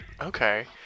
Okay